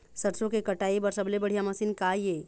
सरसों के कटाई बर सबले बढ़िया मशीन का ये?